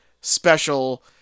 special